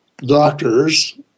doctors